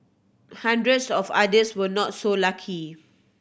hundreds of others were not so lucky